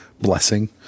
blessing